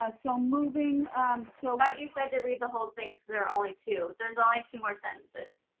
ah so moving so but you said to read the whole thing, because there are only two. there's only two more sentences.